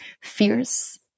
fears